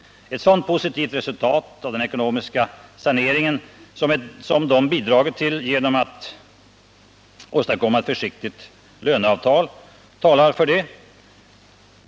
Det positiva resultatet av den ekonomiska sanering som de har bidragit till genom att åstadkomma ett försiktigt löneavtal talar för detta.